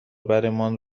برمان